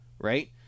right